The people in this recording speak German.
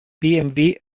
bmw